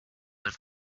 had